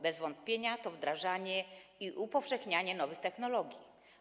Bez wątpienia to wdrażanie i upowszechnianie nowych technologii.